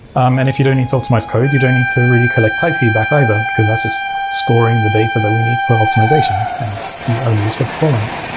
and if you don't need to optimize code, you don't need to really collect type feedback either, because that's just storing the data that we need for optimization. and it's only used for performance.